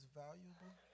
valuable